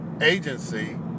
agency